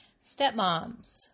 stepmoms